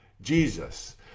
Jesus